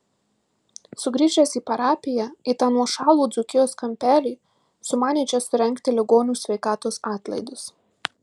sugrįžęs į parapiją į tą nuošalų dzūkijos kampelį sumanė čia surengti ligonių sveikatos atlaidus